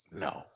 no